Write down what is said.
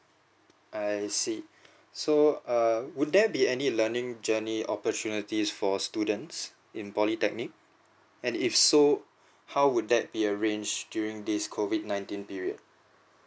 I see so err would there be any learning journey opportunities for students in polytechnic and if so how would that be arranged during this COVID nineteen period